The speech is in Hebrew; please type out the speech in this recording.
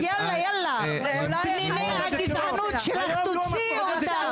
-- יאללה יאללה, פניני הגזענות שלך תוציאי אותם,